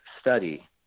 study